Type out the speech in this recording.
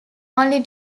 only